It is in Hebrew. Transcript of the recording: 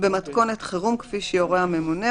במתכונת חירום כפי שיורה הממונה,